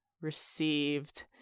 received